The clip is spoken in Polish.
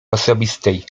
osobistej